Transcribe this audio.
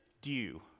due